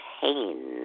pain